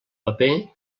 paper